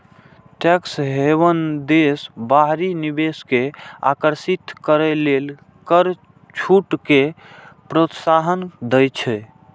tax haven देश बाहरी निवेश कें आकर्षित करै लेल कर छूट कें प्रोत्साहन दै छै